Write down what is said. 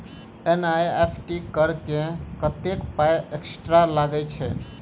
NEFT करऽ मे कत्तेक पाई एक्स्ट्रा लागई छई?